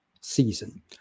season